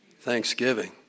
thanksgiving